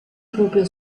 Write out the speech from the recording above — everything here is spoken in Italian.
proprio